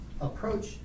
approach